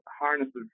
harnesses